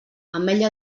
ametlla